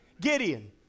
Gideon